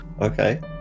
Okay